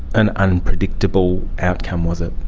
an unpredictable outcome was it?